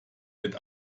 wird